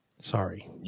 Sorry